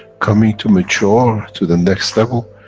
coming to mature to the next level,